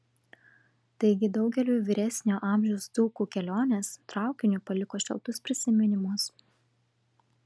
taigi daugeliui vyresnio amžiaus dzūkų kelionės traukiniu paliko šiltus prisiminimus